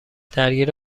درگیر